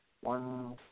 one